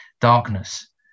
darkness